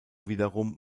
wiederum